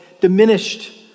diminished